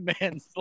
Man's